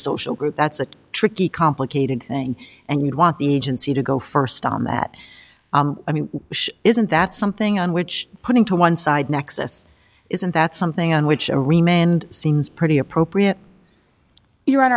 social group that's a tricky complicated thing and you'd want the agency to go first on that i mean isn't that something on which putting to one side nexus isn't that something on which remained seems pretty appropriate you